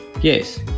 Yes